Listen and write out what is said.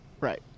Right